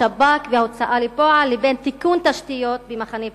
השב"כ וההוצאה לפועל לבין תיקון תשתיות במחנה פליטים,